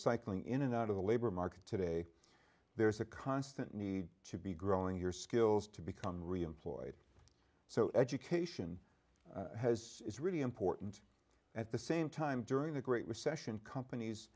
cycling in and out of the labor market today there's a constant need to be growing your skills to become reemployed so education is really important at the same time during the great recession companies